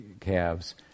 calves